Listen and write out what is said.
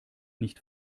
nicht